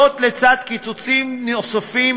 לצד קיצוצים נוספים,